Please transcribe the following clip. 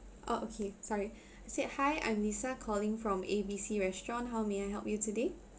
oh okay sorry I said hi I'm lisa calling from A B C restaurant how may I help you today